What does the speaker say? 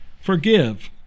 Forgive